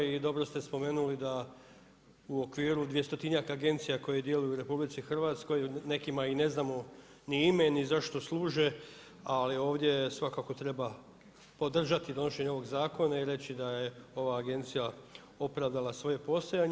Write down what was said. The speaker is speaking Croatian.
I dobro ste spomenuli da u okviru 200-njak agencija koje djeluju u RH nekima ne znamo ni ime, ni zašto služe, ali ovdje svakako treba podržati donošenje ovog zakona i reći da je ova agencija opravdala svoje postojanje.